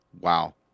wow